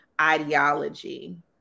ideology